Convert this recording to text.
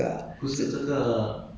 那一份工作 ah